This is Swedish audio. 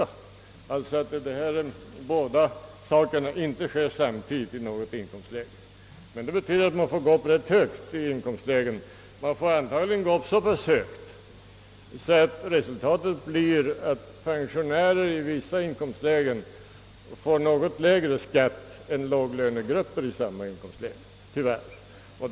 Det särskilda skatteavdraget och bostadstilläggen, d.v.s. de inkomstprövade förmånerna, bör alltså inte i något inkomstläge bortfalla samtidigt. Det betyder att man får gå rätt högt upp i inkomstlägena — antagligen så högt tyvärr att folkpensionärer i vissa inkomstlägen erhåller något lägre skatt än låglönegrupper i samma inkomstlägen.